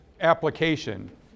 application